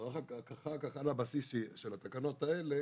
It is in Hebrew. ורק אחר כך על הבסיס של התקנות האלה